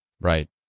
Right